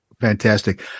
fantastic